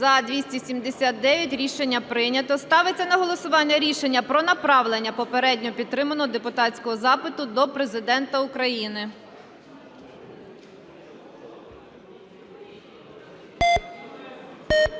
За-279 Рішення прийнято. Ставиться на голосування рішення про направлення попередньо підтриманого депутатського запиту до Президента України.